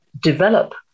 develop